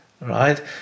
right